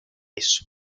eso